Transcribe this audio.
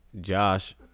Josh